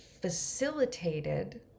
facilitated